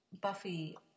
Buffy